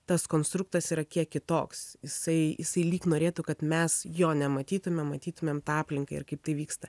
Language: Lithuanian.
tas konstruktas yra kiek kitoks jisai jisai lyg norėtų kad mes jo nematytumėm matytumėm tą aplinką ir kaip tai vyksta